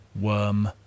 worm